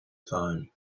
phone